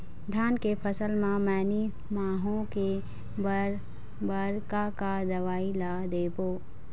धान के फसल म मैनी माहो के बर बर का का दवई ला देबो?